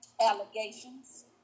allegations